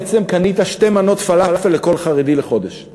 בעצם קנית שתי מנות פלאפל לכל חרדי לחודש.